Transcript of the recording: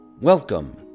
Welcome